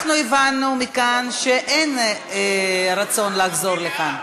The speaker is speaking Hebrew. אנחנו הבנו מכאן שאין רצון לחזור לכאן.